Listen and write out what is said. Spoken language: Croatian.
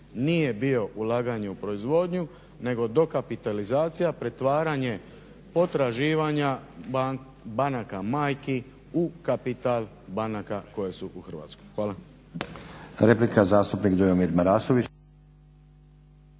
nije bio ulaganje u proizvodnju nego dokapitalizacija, pretvaranje potraživanja banaka majki u kapital banaka koje su u Hrvatskoj. Hvala.